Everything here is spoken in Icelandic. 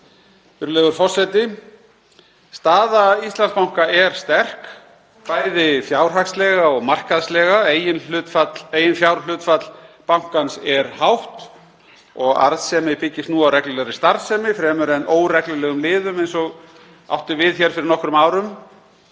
Virðulegur forseti. Staða Íslandsbanka er sterk, bæði fjárhagslega og markaðslega. Eiginfjárhlutfall bankans er hátt og arðsemi byggist nú á reglulegri starfsemi fremur en óreglulegum liðum eins og átti við fyrir nokkrum árum.